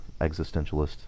existentialist